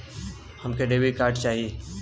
हमके debit card चाही?